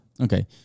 Okay